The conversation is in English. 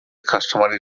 customary